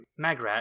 magrat